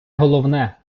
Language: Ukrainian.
головне